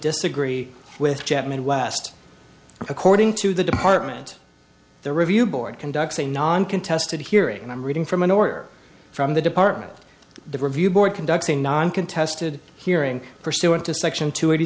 disagree with jet midwest according to the department the review board conducts a non contested hearing and i'm reading from an order from the department the review board conducts a non contested hearing pursuant to section two eighty